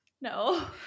No